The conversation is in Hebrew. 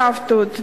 סבתות,